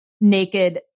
naked